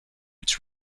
its